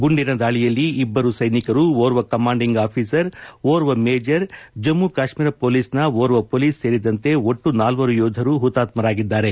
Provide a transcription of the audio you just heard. ಗುಂಡಿನ ದಾಳಿಯಲ್ಲಿ ಇಬ್ಲರು ಸ್ನೆನಿಕರು ಓರ್ವ ಕಮಾಂಡಿಂಗ್ ಆಫೀಸರ್ ಓರ್ವ ಮೇಜರ್ ಜಮ್ನು ಕಾಶ್ತೀರ ಪೊಲೀಸ್ನ ಓರ್ವ ಪೊಲೀಸ್ ಸೇರಿದಂತೆ ಒಟ್ಲು ನಾಲ್ವರು ಯೋಧರು ಹುತಾತ್ಸರಾಗಿದ್ದಾರೆ